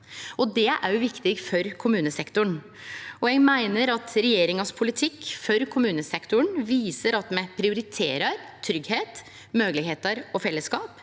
Det er òg viktig for kommunesektoren. Eg meiner at regjeringas politikk for kommunesektoren viser at me prioriterer tryggleik, moglegheiter og fellesskap,